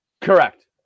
Correct